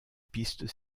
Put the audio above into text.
pistes